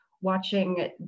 watching